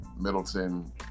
Middleton